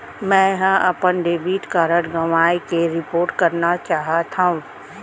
मै हा अपन डेबिट कार्ड गवाएं के रिपोर्ट करना चाहत हव